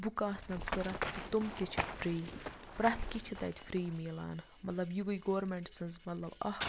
بُکہٕ آسنَکھ ضوٚرَتھ تہٕ تِم تہِ چھِ فری پرٛٮ۪تھ کینٛہہ چھ تَتہِ فری مِلان مَطلَب یہِ گٔے گورمیٚنٹ سٕنٛز مَطلَب اکھ